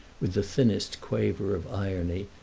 with the thinnest quaver of irony,